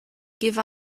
give